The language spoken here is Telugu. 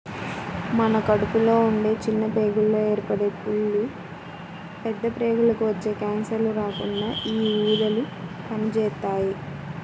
మన కడుపులో ఉండే చిన్న ప్రేగుల్లో ఏర్పడే పుళ్ళు, పెద్ద ప్రేగులకి వచ్చే కాన్సర్లు రాకుండా యీ ఊదలు పనిజేత్తాయి